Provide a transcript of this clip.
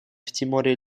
тиморе